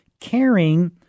caring